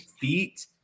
feet